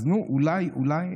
אז נו, אולי, אולי.